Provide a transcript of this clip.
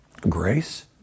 grace